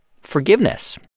forgiveness